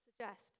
suggest